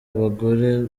abagore